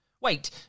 Wait